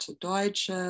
Deutsche